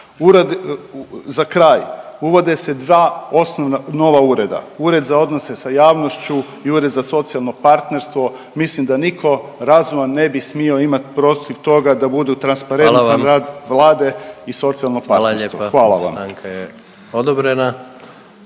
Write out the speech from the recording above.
Za kraj, uvode se dva nova osnovna nova ureda, Ured za odnose sa javnošću i Ured za socijalno partnerstvo, mislim da niko razuman ne bi smio imat protiv toga da budu transparentan rad …/Upadica predsjednik: Hvala vam./… Vlade i socijalno